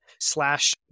slash